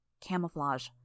Camouflage